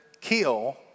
kill